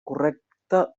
correcte